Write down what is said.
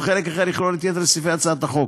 וחלק אחר יכלול את יתר סעיפי הצעת החוק.